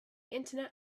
internet